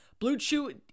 BlueChew